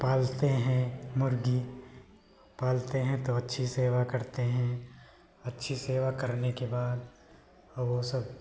पालते हैं मुर्गी पालते हैं तो अच्छी सेवा करते हैं अच्छी सेवा करने के बाद और वह सब